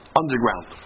underground